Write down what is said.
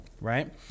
right